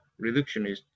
reductionist